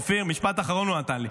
אופיר, משפט אחרון הוא נתן לי.